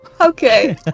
okay